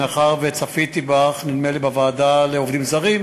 מאחר שצפיתי בך, נדמה לי, בוועדה לעובדים זרים,